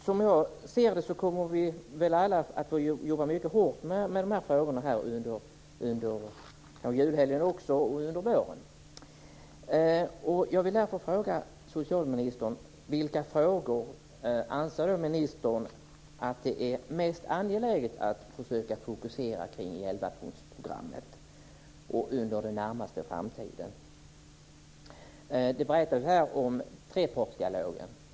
Som jag ser det kommer vi alla att få jobba mycket hårt med de här frågorna under julhelgen och under våren. Jag vill därför fråga socialministern vilka frågor hon anser att det är mest angeläget att försöka fokusera kring i elvapunktsprogrammet och under den närmaste framtiden. Det berättas här om trepartsdialogen.